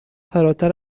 فراتر